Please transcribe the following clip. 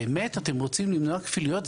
באמת אתם רוצים למנוע כפילויות?